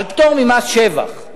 על פטור ממס שבח,